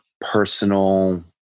personal